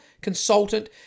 consultant